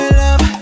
love